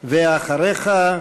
אחריך,